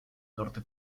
norte